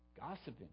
Gossiping